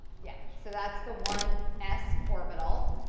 yeah so that's the one s orbital.